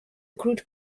accrued